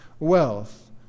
wealth